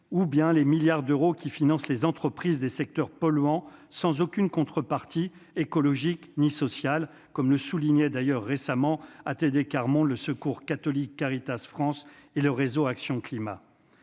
ou bien les milliards d'euros, qui finance les entreprises des secteurs polluants, sans aucune contrepartie écologique ni sociale, comme le soulignait d'ailleurs récemment ATD quart Monde, le Secours catholique Caritas France et le réseau Action Climat